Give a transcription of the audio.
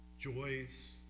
joys